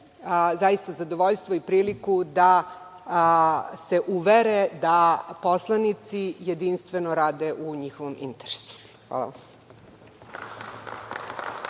i imaće zadovoljstvo i priliku da se uvere da poslanici jedinstveno rade u njihovom interesu. Hvala vam.